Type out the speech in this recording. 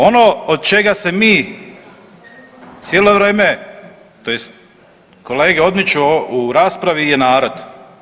Ono od čega se mi cijelo vrijeme, tj. kolege odmiču u raspravi je narod.